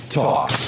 talk